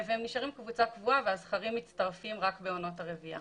בדקנו במחקר מה קורה כשמקצרים את זמן הריסון.